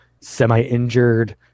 semi-injured